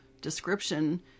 description